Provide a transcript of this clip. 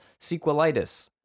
Sequelitis